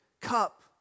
cup